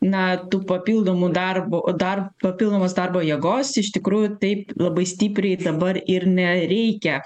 na tų papildomų darbo dar papildomos darbo jėgos iš tikrųjų taip labai stipriai dabar ir nereikia